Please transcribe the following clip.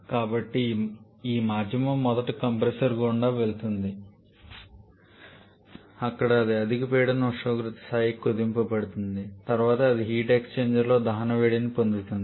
కాబట్టి ఈ మాధ్యమం మొదట కంప్రెసర్ గుండా వెళుతుంది అక్కడ అది అధిక పీడన ఉష్ణోగ్రత స్థాయికి కుదించబడుతుంది తరువాత అది హీట్ ఎక్స్చేంజర్ లో దహన వేడిని పొందుతుంది